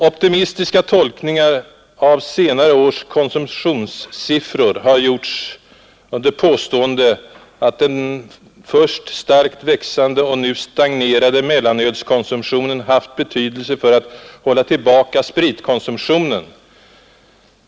Optimistiska tolkningar av senare års konsumtionssiffror har gjorts under påstående att den först starkt växande och nu stagnerade mellanölskonsumtionen haft betydelse för att hålla tillbaka spritkonsumtionen.